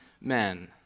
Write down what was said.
men